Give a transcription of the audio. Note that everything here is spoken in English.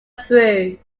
through